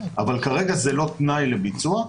אבל כרגע זה לא תנאי לביצוע.